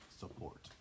support